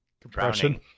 Compression